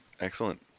Excellent